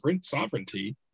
sovereignty